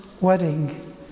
wedding